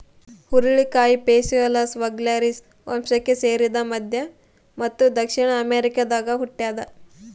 ಹುರುಳಿಕಾಯಿ phaseolus vulgaris ವಂಶಕ್ಕೆ ಸೇರಿದ ಮಧ್ಯ ಮತ್ತು ದಕ್ಷಿಣ ಅಮೆರಿಕಾದಾಗ ಹುಟ್ಯಾದ